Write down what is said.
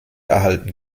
erhalten